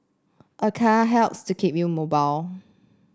a car helps to keep you mobile